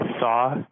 saw